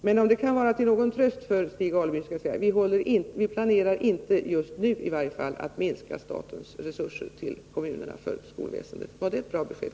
Men om det kan vara till någon tröst för Stig Alemyr, kan jag säga att vi i varje fall inte just nu planerar att minska statens bidrag till kommunerna för skolväsendet. Var det ett bra besked?